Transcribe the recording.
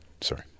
Sorry